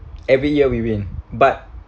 every year we win but